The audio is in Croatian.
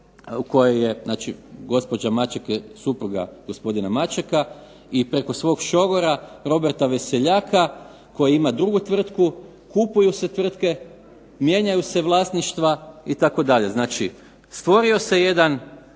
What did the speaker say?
u kojoj je gospođa Maček je supruga gospodina Mačeka i preko svog šogora Roberta Veseljaka koji ima drugu tvrtku, kupuju se tvrtke, mijenjaju se vlasništva itd. Znači stvorio se jedan